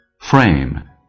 frame